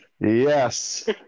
yes